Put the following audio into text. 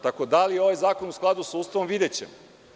Tako da – da li je ovaj zakon u skladu sa Ustavom, videćemo.